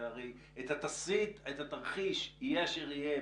את התרחיש יהיה אשר יהיה,